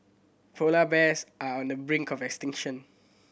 polar bears are on the brink of extinction